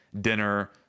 dinner